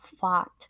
fought